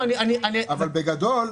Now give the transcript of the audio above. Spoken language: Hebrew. בגדול,